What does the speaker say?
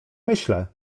myślę